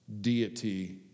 deity